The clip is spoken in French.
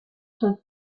son